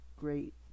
great